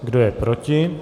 Kdo je proti?